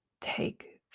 take